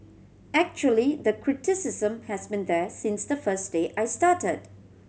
actually the criticism has been there since the first day I started